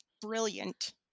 brilliant